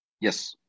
Yes